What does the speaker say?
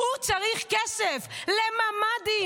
הוא צריך כסף לממ"דים,